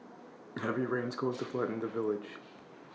heavy rains caused A flood in the village